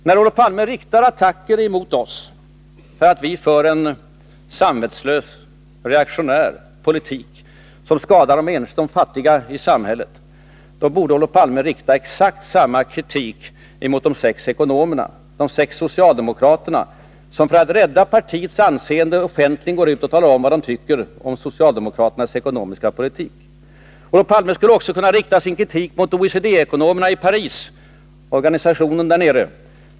När Olof Palme riktar attacker emot oss för att vi skulle föra en samvetslös reaktionär politik som skadar de fattiga i samhället, då borde Olof Palme rikta exakt samma kritik emot de sex socialdemokratiska ekonomer som för att rädda partiets anseende offentligt går ut och talar om vad de tycker om socialdemokraternas ekonomiska politik. Olof Palme skulle också kunna rikta sin kritik mot ekonomerna i OECD-organisationen nere i Paris.